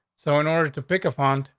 so in order to pick a fund,